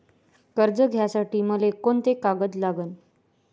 कर्ज घ्यासाठी मले कोंते कागद लागन?